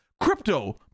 crypto